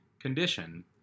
condition